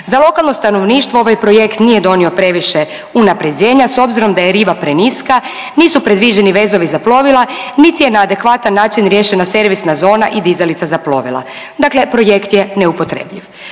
Za lokalno stanovništvo ovaj projekt nije donio previše unapređenja s obzirom da je riva preniska, nisu predviđeni vezovi za plovila, niti je na adekvatan način riješena servisna zona i dizalica za plovila. Dakle, projekt je neupotrebljiv.